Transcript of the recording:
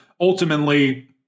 ultimately